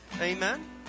Amen